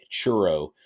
churro